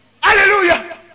hallelujah